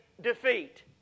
defeat